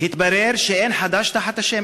התברר שאין חדש תחת השמש.